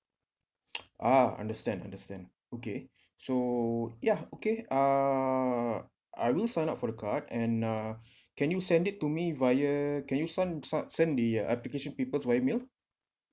ah understand understand okay so yeah okay uh I will sign up for the card and uh can you send it to me via can use sign sign send the application paper via mail